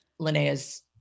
Linnea's